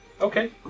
Okay